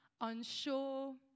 unsure